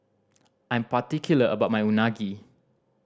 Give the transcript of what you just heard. I'm particular about my Unagi